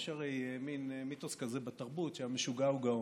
יש הרי מין מיתוס כזה בתרבות, שהמשוגע הוא גאון.